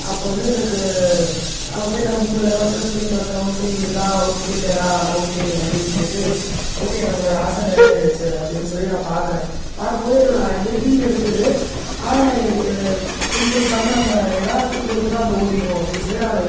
அப்போது வந்து எனக்கு அப்போது போய் நான் கூகுள்லெல்லாம் சர்ச் பண்ணி பார்க்குறேன் ஒகே இது தான் வுட் பீக்கரா ஒகே அப்படினு சொல்லிட்டு ஒகே நம்மளுடைய ஆசை நிறைவேறிடுச்சி அப்படினு சொல்லி நான் பார்க்குறேன் பார்க்கும் போது என்னோடய அருகில் இருக்குது ஆனால் நான் இது இது துன்புறுத்தாமல் நம்ம ஏன்னால் துன்புறுத்துனால் அது ஓடிவிடும் அப்படினு சொல்லி நான்